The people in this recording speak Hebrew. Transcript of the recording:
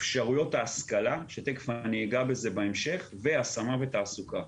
אפשרויות ההשכלה שאגע בזה בהמשך והשמה ותעסוקה.